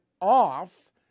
off